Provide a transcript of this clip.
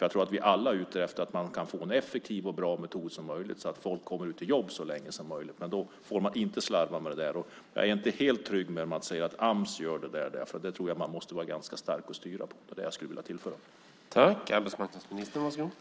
Jag tror att vi alla är ute efter att man ska få en så effektiv och bra metod som möjligt så att folk kommer ut i jobb så länge som möjligt. Men då får man inte slarva med detta. Jag är inte helt trygg genom att det sägs att Ams gör detta. Jag tror att man måste vara ganska stark och styra detta. Det är det som jag skulle vilja tillföra.